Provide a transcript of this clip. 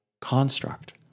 construct